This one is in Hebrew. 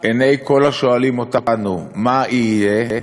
עיני כל השואלים אותנו "מה יהיה?"